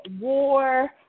war